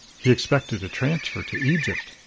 he expected a transfer to egypt.